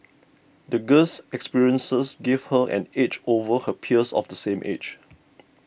the girl's experiences gave her an edge over her peers of the same age